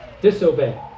Disobey